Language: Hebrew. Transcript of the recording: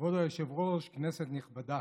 היושב-ראש, כנסת נכבדה,